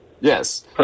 Yes